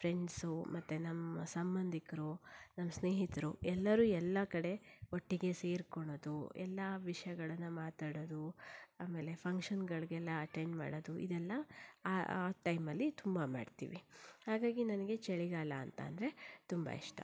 friends ಮತ್ತೆ ನಮ್ಮ ಸಂಬಂಧಿಕರು ನಮ್ಮ ಸ್ನೇಹಿತರು ಎಲ್ಲರೂ ಎಲ್ಲ ಕಡೆ ಒಟ್ಟಿಗೆ ಸೇರ್ಕೊಳ್ಳೋದು ಎಲ್ಲ ವಿಷಯಗಳನ್ನ ಮಾತಾಡೋದು ಆಮೇಲೆ ಫಂಕ್ಷನ್ಗಳಿಗೆಲ್ಲ ಅಟೆಂಡ್ ಮಾಡೋದು ಇದೆಲ್ಲ ಆ ಟೈಮಲ್ಲಿ ತುಂಬ ಮಾಡ್ತೀವಿ ಹಾಗಾಗಿ ನನಗೆ ಚಳಿಗಾಲ ಅಂತ ಅಂದ್ರೆ ತುಂಬ ಇಷ್ಟ